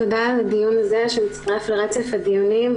תודה על הדיון הזה, שמצטרף לרצף הדיונים.